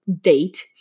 date